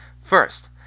First